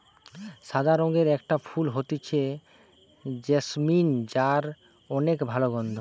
সাদা রঙের একটা ফুল হতিছে জেসমিন যার অনেক ভালা গন্ধ